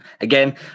Again